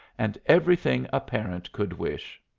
and everything a parent could wish.